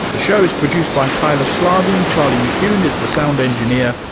the show is produced by kyla slaven, charlie mccune is the sound engineer,